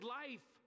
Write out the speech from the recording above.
life